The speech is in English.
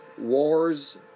wars